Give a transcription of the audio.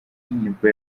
nibwo